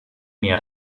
mehr